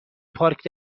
پارک